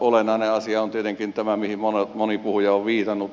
olennainen asia on tietenkin tämä mihin moni puhuja on viitannut